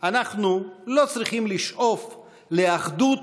אנחנו לא צריכים לשאוף לאחדות